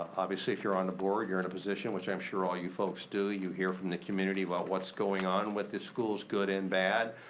obviously if you're on the board, you're in a position, which i'm sure all you folks do. you hear from the community about what's going on with the schools, good and bad.